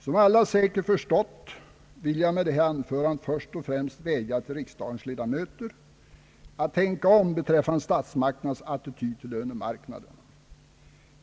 Som alla säkert förstått vill jag med detta anförande först och främst vädja till riksdagens ledamöter att tänka om beträffande statsmakternas attityd till lönemarknaden.